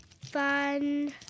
fun